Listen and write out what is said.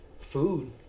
food